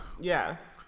Yes